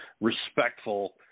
respectful